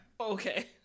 Okay